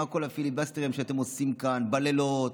מה כל הפיליבסטרים שאתם עושים כאן בלילות,